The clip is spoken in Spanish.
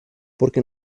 porque